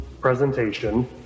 presentation